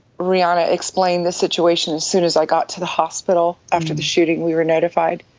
rihanna explained the situation as soon as i got to the hospital. after the shooting, we were notified.